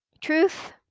truth